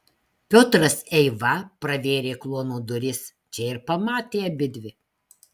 piotras eiva pravėrė kluono duris čia ir pamatė abidvi